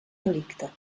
delicte